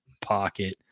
pocket